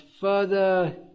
further